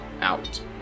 out